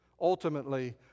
Ultimately